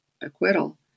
acquittal